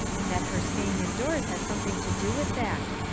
and that her staying indoors has something to do with that.